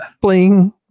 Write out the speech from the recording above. bling